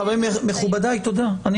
חברים מכובדיי תודה,